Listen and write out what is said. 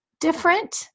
different